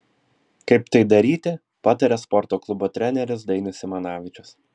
kaip tai daryti pataria sporto klubo treneris dainius simanavičius